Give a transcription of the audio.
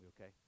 Okay